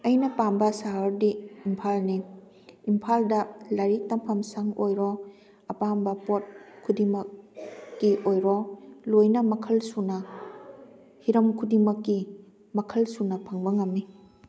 ꯑꯩꯅ ꯄꯥꯝꯕ ꯁꯍꯔꯗꯤ ꯏꯝꯐꯥꯜꯅꯤ ꯏꯝꯐꯥꯜꯗ ꯂꯥꯏꯔꯤꯛ ꯇꯝꯐꯝ ꯁꯪ ꯑꯣꯏꯕ ꯑꯄꯥꯝꯕ ꯄꯣꯠ ꯈꯨꯗꯤꯡꯃꯛꯀꯤ ꯑꯣꯏꯔꯣ ꯂꯣꯏꯅ ꯃꯈꯜ ꯁꯨꯅ ꯍꯤꯔꯝ ꯈꯨꯗꯤꯡꯃꯛꯀꯤ ꯃꯈꯜ ꯁꯨꯅ ꯐꯪꯕ ꯉꯝꯃꯤ